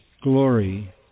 glory